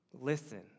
listen